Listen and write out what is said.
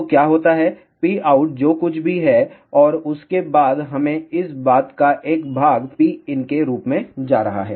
तो क्या होता है Pout जो कुछ भी है और उसके बाद हमें इस बात का एक भागPin के रूप में जा रहा है